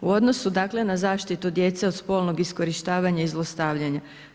U odnosu dakle na zaštitu djece od spolnog iskorištavanja i zlostavljanja.